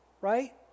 right